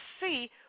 see